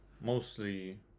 mostly